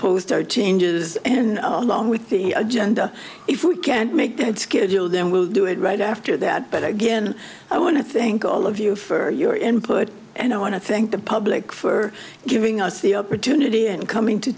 post our changes and along with the agenda if we can make that schedule then we'll do it right after that but again i want to thank all of you for your input and i want to thank the public for giving us the opportunity and coming to